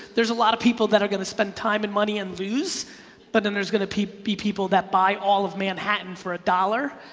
there's a lot of people that are gonna spend time and money and lose but then there's gonna be people that buy all of manhattan for a dollar.